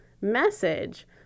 message